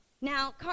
Now